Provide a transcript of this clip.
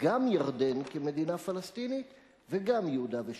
גם ירדן כמדינה פלסטינית וגם יהודה ושומרון.